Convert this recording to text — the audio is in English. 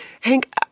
Hank